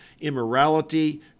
immorality